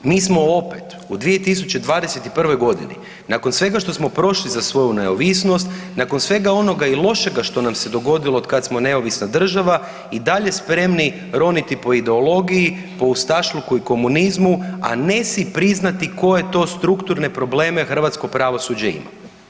Mi smo opet, u 2021. g. nakon svega što smo prošli za svoju neovisnost, nakon svega onoga i lošega što nam se dogodilo od kad smo neovisna država i dalje spremni roniti po ideologiji, po ustašluku i komunizmu, a ne si priznati koje to strukturne probleme hrvatsko pravosuđe ima.